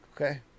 okay